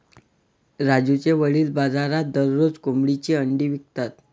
राजूचे वडील बाजारात दररोज कोंबडीची अंडी विकतात